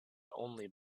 only